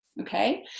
okay